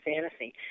fantasy